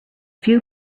few